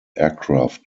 aircraft